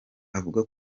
avuga